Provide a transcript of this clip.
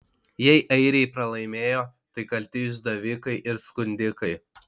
jei airiai pralaimėjo tai kalti išdavikai ir skundikai